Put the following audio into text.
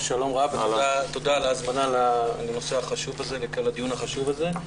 שלום רב ותודה על ההזמנה לדיון החשוב הזה.